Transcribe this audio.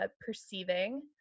perceiving